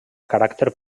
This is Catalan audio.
caràcter